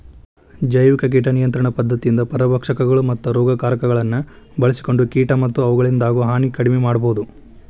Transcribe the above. ಜೈವಿಕ ಕೇಟ ನಿಯಂತ್ರಣ ಪದ್ಧತಿಯಿಂದ ಪರಭಕ್ಷಕಗಳು, ಮತ್ತ ರೋಗಕಾರಕಗಳನ್ನ ಬಳ್ಸಿಕೊಂಡ ಕೇಟ ಮತ್ತ ಅವುಗಳಿಂದಾಗೋ ಹಾನಿ ಕಡಿಮೆ ಮಾಡಬೋದು